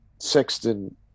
Sexton